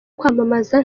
kwamamaza